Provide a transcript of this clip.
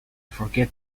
forget